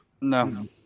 No